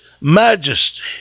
majesty